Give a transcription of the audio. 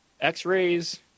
x-rays